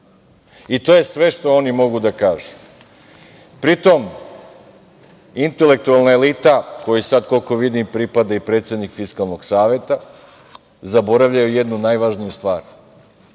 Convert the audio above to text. i to je sve što oni mogu da kažu. Pritom, intelektualna elita, kojoj sad, koliko vidim, pripada i predsednik Fiskalnog saveta, zaboravljaju jednu najvažniju stvar